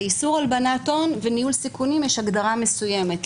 לאיסור הלבנת הון וניהול סיכונים יש הגדרה מסוימת,